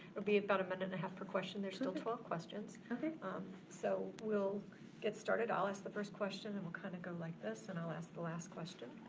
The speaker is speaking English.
be about a minute and a half per question, there's still twelve questions. kind of so we'll get started. i'll ask the first question and we'll kinda go like this, and i'll ask the last question.